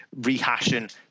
rehashing